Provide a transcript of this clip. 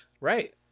right